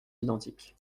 identiques